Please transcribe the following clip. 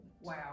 Wow